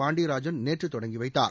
பாண்டியராஜன் நேற்று தொடங்கி வைத்தார்